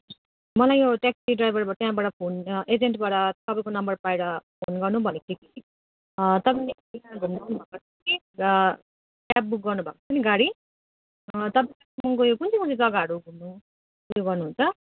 मलाई यो ट्याक्सी ड्राइभरबाट त्यहाँबाट फोन एजेन्डबाट तपाईँको नम्बर पाएर फोन गर्नु भनेको थियो कि तपाईँ र क्याब बुक गर्नुभएको छ नि गाडी कालिम्पोङको यो कुन चाहिँ कुन चाहिँ जग्गा घुम्नु उयो गर्नुहुन्छ